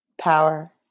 power